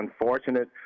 unfortunate